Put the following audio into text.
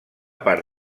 part